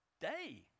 day